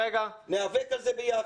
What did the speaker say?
נאבק על זה ביחד.